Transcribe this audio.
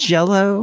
Jello